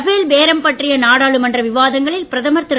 Rafale பேரம் பற்றிய நாடாளுமன்ற விவாதங்களில் பிரதமர் திரு